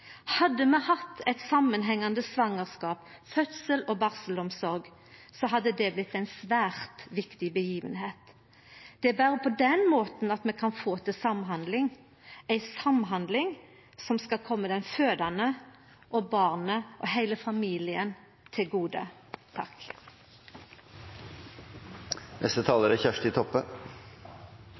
Hadde vi hatt ei samanhengande svangerskaps-, fødsels- og barselomsorg, hadde det blitt ei svært viktig hending. Det er berre på den måten vi kan få til samhandling, ei samhandling som skal koma den fødande, barnet og heile familien til gode.